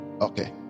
Okay